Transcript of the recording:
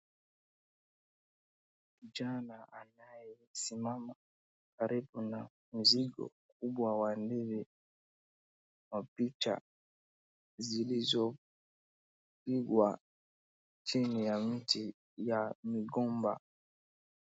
Kijana anayesimama karibu na mzigo kumbwa wa ndizi kwa picha zilizo pigwa chini ya mti wa migomba.